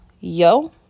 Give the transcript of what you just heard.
yo